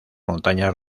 montañas